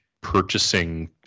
purchasing